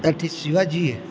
ત્યાંથી શિવાજીએ